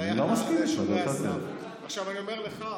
אני לא מסכים איתך, עכשיו אני אומר לך,